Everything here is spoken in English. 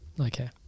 Okay